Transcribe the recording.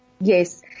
Yes